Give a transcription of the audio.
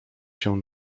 się